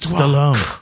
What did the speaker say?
Stallone